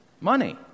Money